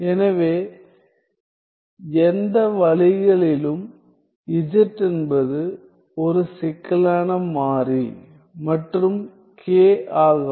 எனவே எந்த வழிகளிலும் z என்பது ஒரு சிக்கலான மாறி மற்றும் k ஆகவும்